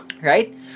Right